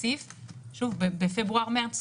בפברואר מרץ,